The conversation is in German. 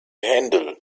händel